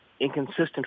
inconsistent